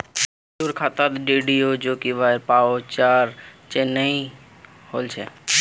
नीतूर खातात डीडीयू जीकेवाईर वाउचर चनई होल छ